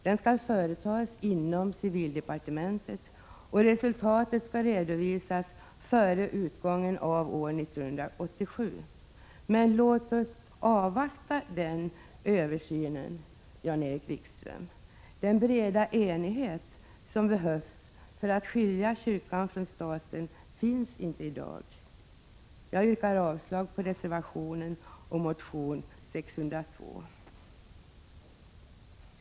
Den skall företas inom civildepartementet, och resultatet skall redovisas före utgången av år 1987. Låt oss avvakta resultatet av den översynen, Jan-Erik Wikström! Den breda enighet som behövs för att skilja kyrkan från staten finns inte i dag. Jag yrkar avslag på reservationen och motion K602.